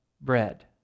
bread